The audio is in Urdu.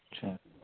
اچھا